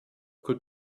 could